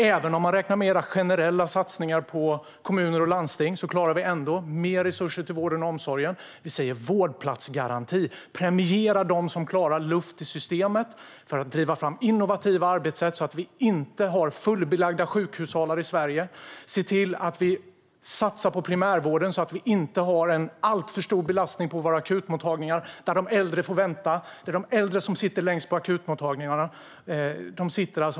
Även om man räknar med era generella satsningar på kommuner och landsting klarar vi ändå mer resurser till vården och omsorgen. Vi säger vårdplatsgaranti. Premiera dem som klarar luft i systemet för att driva fram innovativa arbetssätt så att vi inte har fullbelagda sjukhussalar i Sverige. Se till att vi satsar på primärvården så att vi inte har en alltför stor belastning på våra akutmottagningar, där de äldre får vänta. Det är de äldre som sitter längst på akutmottagningarna.